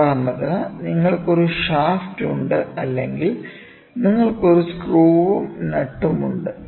ഉദാഹരണത്തിന് നിങ്ങൾക്ക് ഒരു ഷാഫ്റ്റ് ഉണ്ട് അല്ലെങ്കിൽ നിങ്ങൾക്ക് ഒരു സ്ക്രൂവും നട്ടും ഉണ്ട്